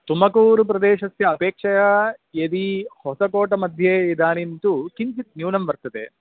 तुमकूरु प्रदेशस्य अपेक्षया यदि होसकोटमध्ये इदानीं तु किञ्चित् न्यूनं वर्तते